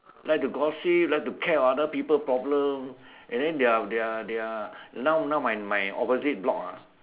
like to gossip like to care on other people problem and then they are they are they are now now my my opposite block ah